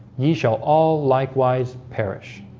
ye shall all likewise perish